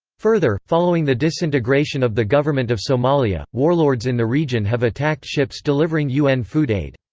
further, following the disintegration of the government of somalia, warlords in the region have attacked ships delivering un food aid.